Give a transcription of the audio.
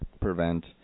prevent